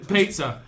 Pizza